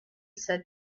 said